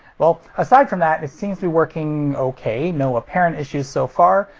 well, aside from that, it seems to be working. ok, no apparent issues so far.